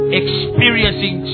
experiencing